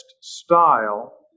style